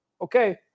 Okay